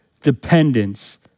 dependence